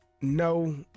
no